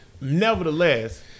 Nevertheless